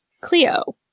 Cleo